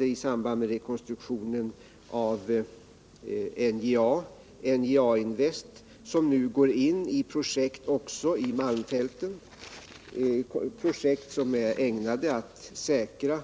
I samband med rekonstruktionen av NJA skapade vi NJA-Invest AB, som nu går in i projekt också i malmfälten, projekt som är ägnade att säkra